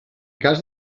cas